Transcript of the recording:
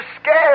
scared